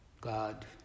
God